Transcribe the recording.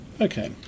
Okay